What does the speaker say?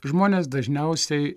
žmonės dažniausiai